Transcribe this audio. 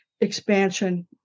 expansion